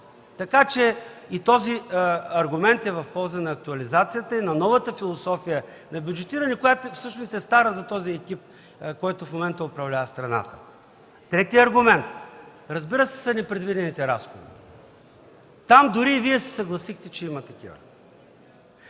Така че и този аргумент е в полза на актуализацията и на новата философия на бюджетиране, която всъщност е стара за екипа, който в момента управлява страната. Третият аргумент, разбира се, са непредвидените разходи. Там дори и Вие се съгласихте, че има такива.